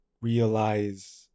realize